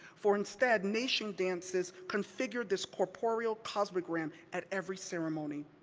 for instead, nation dances configured this corporeal cosmogram at every ceremony.